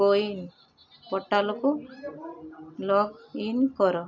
CoWIN ପୋର୍ଟାଲ୍କୁ login କର